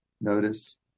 notice